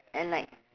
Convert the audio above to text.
and like